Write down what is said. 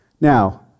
Now